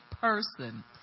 person